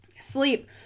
Sleep